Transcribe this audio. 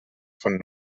von